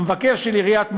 המבקר של עיריית מודיעין,